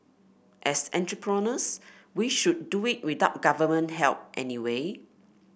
as entrepreneurs we should do it without government help anyway